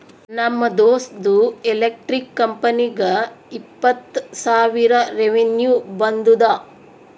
ನಮ್ ದೋಸ್ತ್ದು ಎಲೆಕ್ಟ್ರಿಕ್ ಕಂಪನಿಗ ಇಪ್ಪತ್ತ್ ಸಾವಿರ ರೆವೆನ್ಯೂ ಬಂದುದ